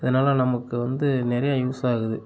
இதனால் நமக்கு வந்து நிறையா யூஸ் ஆகுது